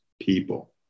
people